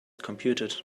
computed